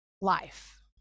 life